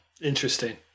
Interesting